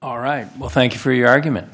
all right well thank you for your argument